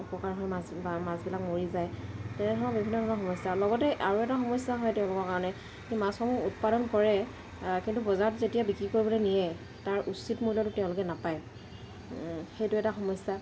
অপকাৰ হৈ মাছ বা মাছবিলাক মৰি যায় তেনেধৰণৰ বিভিন্ন ধৰণৰ সমস্যা লগতে আৰু এটা সমস্যা হয় তেওঁলোকৰ কাৰণে কি মাছসমূহ উৎপাদন কৰে কিন্তু বজাৰত যেতিয়া বিক্ৰী কৰিবলৈ নিয়ে তাৰ উচিত মূল্যটো তেওঁলোকে নাপায় সেইটো এটা সমস্যা